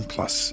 Plus